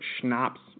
schnapps